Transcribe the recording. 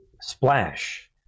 splash